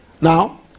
Now